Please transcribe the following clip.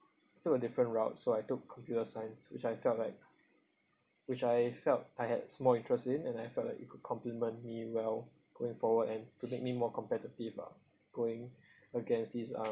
took a different route so I took computer science which I felt like which I felt I had small interest in and I felt that it could complement me well going forward and to make me more competitive ah going against these uh